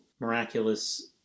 miraculous